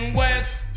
west